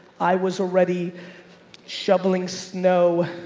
i was already shoveling snow,